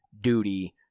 duty